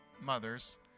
mothers